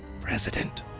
president